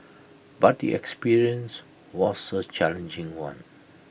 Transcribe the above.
but the experience was A challenging one